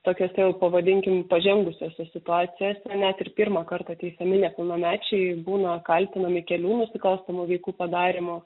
tokiose jau pavadinkim pažengusiose situacijose net ir pirmą kartą teisiami nepilnamečiai būna apkaltinami kelių nusikalstamų veikų padarymu